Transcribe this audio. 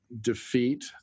defeat